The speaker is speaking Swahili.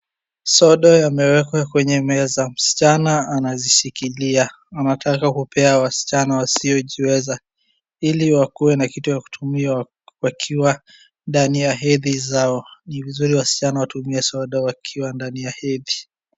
Sodo yamewekwa kwenye meza. Msichana anazishikilia anataka kupea wasichana wasiojiweza, ili wakuwe na kitu ya kutumia wakiwa ndani ya hedhi zao. Ni vizuri wasichana watumie sodo wakiwa ndani ya hedhi.